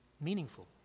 meaningful